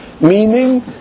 Meaning